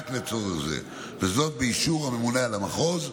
רק לצורך זה, וזאת באישור הממונה על המחוז,